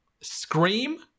Scream